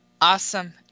Awesome